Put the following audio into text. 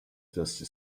dusty